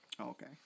okay